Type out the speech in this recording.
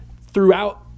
throughout